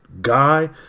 guy